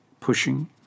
pushing